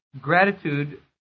gratitude